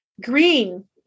Green